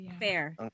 Fair